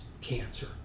cancer